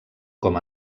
com